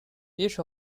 each